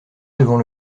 devant